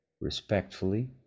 respectfully